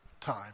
time